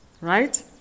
right